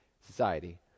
society